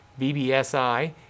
BBSI